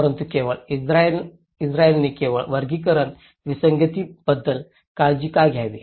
परंतु केवळ इस्त्रायलींनी केवळ वर्गीकरण विसंगतींबद्दल काळजी का घ्यावी